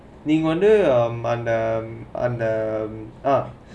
நீங்க வந்தே அந்த அந்த:neenga vanthae antha antha ah